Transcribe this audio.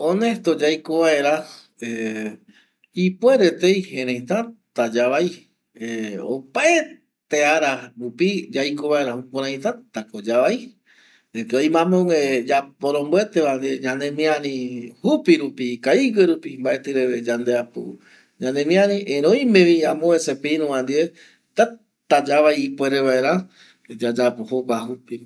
Honesto yaiko vaera ipueretei eri jata ko yavai opaete ara rupi yaiko vaera jukurei uajaete yavai oime amogüe yaporombuete vandie yandemiari jupirupi ikavigüe rupi mbaeti reve yandeapu yandemiari erei oime vi amopevese irundie tata yavai yayapo jokua jupireva.